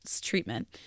treatment